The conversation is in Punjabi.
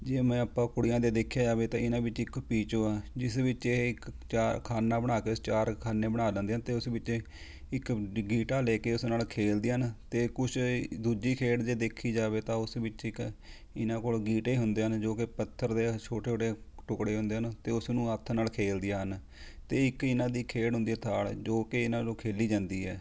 ਜਿਵੇਂ ਆਪਾ ਕੁੜੀਆਂ ਦੇ ਦੇਖਿਆ ਜਾਵੇ ਤਾਂ ਇਹਨਾਂ ਵਿੱਚ ਇੱਕ ਪੀਚੋ ਹੈ ਜਿਸ ਵਿੱਚ ਇਹ ਇੱਕ ਚਾਰ ਖਾਨਾ ਬਣਾ ਕੇ ਚਾਰ ਖਾਨੇ ਬਣਾ ਲੈਂਦੀਆਂ ਹਨ ਅਤੇ ਉਸ ਵਿੱਚ ਇੱਕ ਗੀਟਾ ਲੈ ਕੇ ਉਸ ਨਾਲ ਖੇਲਦੀਆਂ ਹਨ ਅਤੇ ਕੁਝ ਦੂਜੀ ਖੇਡ ਜੇ ਦੇਖੀ ਜਾਵੇ ਤਾਂ ਉਸ ਵਿੱਚ ਇੱਕ ਇਹਨਾਂ ਕੋਲ ਗੀਟੇ ਹੁੰਦੇ ਹਨ ਜੋ ਕੇ ਪੱਥਰ ਦੇ ਛੋਟੇ ਛੋਟੇ ਟੁੱਕੜੇ ਹੁੰਦੇ ਹਨ ਅਤੇ ਉਸਨੂੰ ਹੱਥ ਨਾਲ ਖੇਲਦੀਆਂ ਹਨ ਅਤੇ ਇੱਕ ਇਹਨਾਂ ਦੀ ਖੇਡ ਹੁੰਦੀ ਹੈ ਥਾਲ ਜੋ ਕਿ ਇਹਨਾਂ ਨੂੰ ਖੇਲੀ ਜਾਂਦੀ ਹੈ